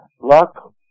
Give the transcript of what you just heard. Luck